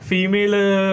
Female